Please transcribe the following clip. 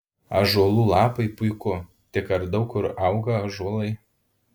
ąžuolų lapai puiku tik ar daug kur auga ąžuolai